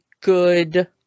good